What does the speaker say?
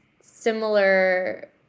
similar